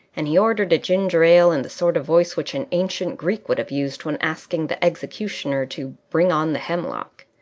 and he ordered a ginger-ale in the sort of voice which an ancient greek would have used when asking the executioner to bring on the hemlock.